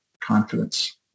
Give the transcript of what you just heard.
confidence